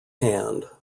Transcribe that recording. hand